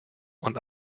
und